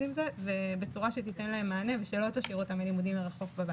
עם זה ובצורה שתיתן להם מענה ושלא תשאיר אותם בבית ללימודים מרחוק.